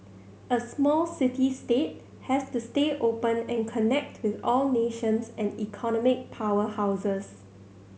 a small city state has to stay open and connect with all nations and economic powerhouses